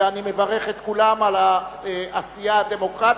ואני מברך את כולם על העשייה הדמוקרטית.